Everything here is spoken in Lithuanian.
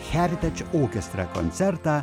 heritage orchestra koncertą